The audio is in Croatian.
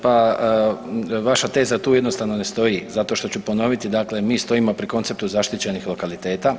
Pa vaša teza tu jednostavno ne stoji zato što ću ponoviti, dakle mi stojimo pri konceptu zaštićenih lokaliteta.